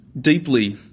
deeply